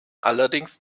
allerdings